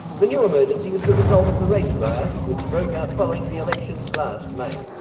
the new emergency was the result of the race riots which broke out following the elections last may.